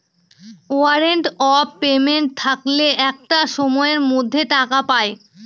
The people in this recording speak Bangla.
ওয়ারেন্ট অফ পেমেন্ট থাকলে একটা সময়ের মধ্যে টাকা পায়